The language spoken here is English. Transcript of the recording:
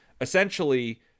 essentially